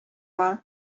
var